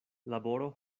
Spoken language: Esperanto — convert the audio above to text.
laboro